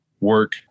work